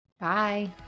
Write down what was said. Bye